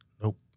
Nope